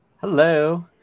Hello